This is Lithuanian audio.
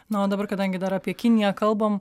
na o dabar kadangi dar apie kiniją kalbam